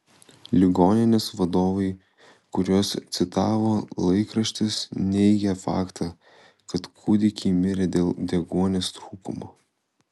ligoninės vadovai kuriuos citavo laikraštis neigė faktą kad kūdikiai mirė dėl deguonies trūkumo